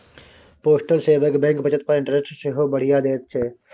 postal saving bank बचत पर interest सेहो बढ़ियाँ दैत छै